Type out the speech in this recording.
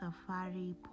safari